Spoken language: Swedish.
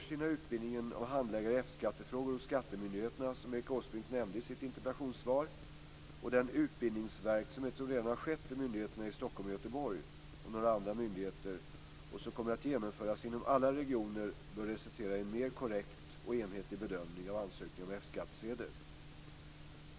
skattefrågor hos skattemyndigheterna som Erik Åsbrink nämnde i sitt interpellationssvar och den utbildningsverksamhet som redan har skett vid myndigheterna i Stockholm och Göteborg och några andra myndigheter och som kommer att genomföras inom alla regioner bör resultera i en mer korrekt och enhetlig bedömning av ansökningar om F-skattsedel.